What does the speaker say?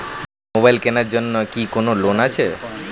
Mobile কেনার জন্য কি কোন লোন আছে?